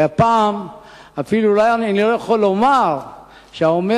והפעם אני אפילו לא יכול לומר שהאומר